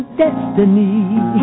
destiny